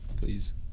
please